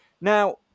now